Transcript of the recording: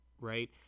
right